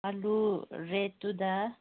ꯑꯥꯂꯨ ꯔꯦꯗꯇꯨꯗ